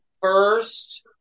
first